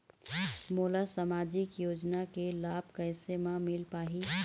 मोला सामाजिक योजना के लाभ कैसे म मिल पाही?